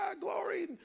glory